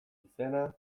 izena